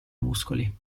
muscoli